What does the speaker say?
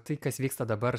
tai kas vyksta dabar